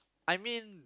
I mean